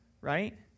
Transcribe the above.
right